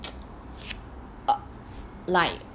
uh like